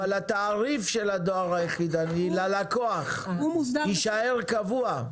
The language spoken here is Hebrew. אבל התעריף של הדואר היחידני ללקוח יישאר קבוע?